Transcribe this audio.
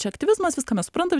čia aktyvizmas viską mes suprantam